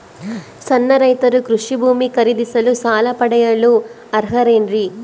ಸಣ್ಣ ರೈತರು ಕೃಷಿ ಭೂಮಿ ಖರೇದಿಸಲು ಸಾಲ ಪಡೆಯಲು ಅರ್ಹರೇನ್ರಿ?